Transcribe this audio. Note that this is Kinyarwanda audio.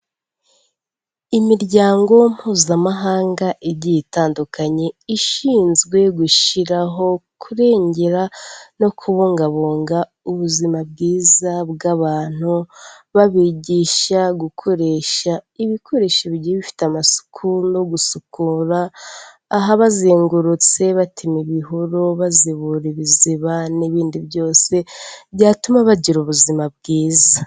Imiryango mpuzamahanga igiye itandukanye ishinzwe gushiraho, kurengera, no kubungabunga ubuzima bwiza bw'abantu babigisha gukoresha ibikoresho bigiye bifite amasuku no gusukura ahabazengurutse batema ibihuru, bazibura ibiziba, n'ibindi byose byatuma bagira ubuzima bwiza.